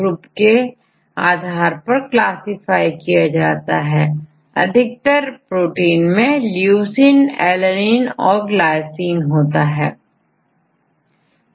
यदि आप कुछ अमीनो एसिड रेसिड्यू देखें तो यह प्रोटीन सीक्वेंस में बार बार आते हैं जैसेleucinealanineglycine किंतु कुछ एमिनो एसिड बहुत कम पाए जाते हैं